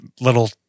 little